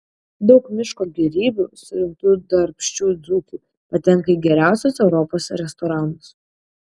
daug miško gėrybių surinktų darbščių dzūkų patenka į geriausius europos restoranus